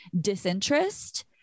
disinterest